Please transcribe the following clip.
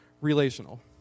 relational